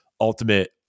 ultimate